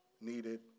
needed